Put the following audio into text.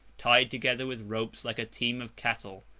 tied together with ropes, like a team of cattle.